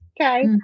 Okay